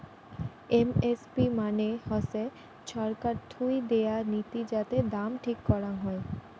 MSP মানে হসে ছরকার থুই দেয়া নীতি যাতে দাম ঠিক করং হই